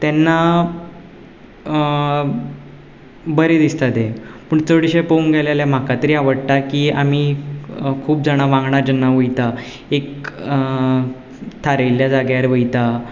तेन्ना बरें दिसता तें पूण चडशें पळोवंक गेलें जाल्यार म्हाका तरी आवडटा की आमी खूब जाणां वांगडा जेन्ना वयता एक थारिल्ल्या जाग्यार वयता